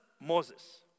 Moses